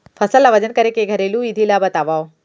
फसल ला वजन करे के घरेलू विधि ला बतावव?